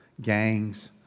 gangs